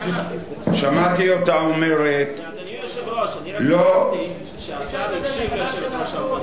אדוני היושב-ראש, אני רק לא הבנתי שהשר המשיך,